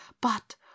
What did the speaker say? But